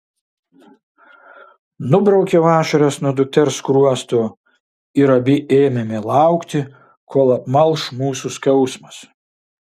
nubraukiau ašaras nuo dukters skruosto ir abi ėmėme laukti kol apmalš mūsų skausmas